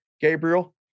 Gabriel